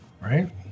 right